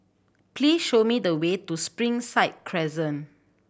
please show me the way to Springside Crescent